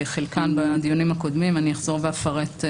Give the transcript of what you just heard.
בדיונים הקודמים ואני אחזור ואפרט.